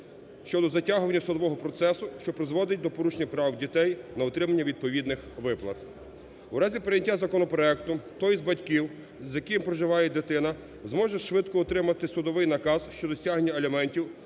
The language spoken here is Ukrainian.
щодо затягування судового процесу, що призводить до порушення прав дітей на отримання відповідних виплат. У разі прийняття законопроекту той із батьків, з яким проживає дитина, зможе швидко отримати судовий наказ щодо стягнення аліментів